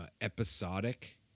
episodic